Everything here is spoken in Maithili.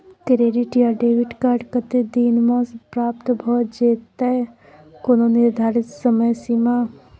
क्रेडिट या डेबिट कार्ड कत्ते दिन म प्राप्त भ जेतै, कोनो निर्धारित समय सीमा?